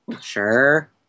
sure